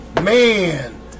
Man